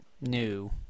new